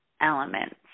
elements